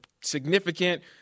significant